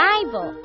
Bible